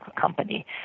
company